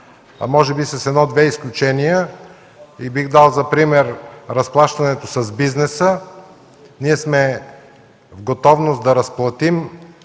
а може би с едно-две изключения – бих дал пример разплащането с бизнеса. Ние сме в готовност да разплатим